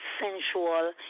sensual